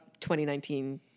2019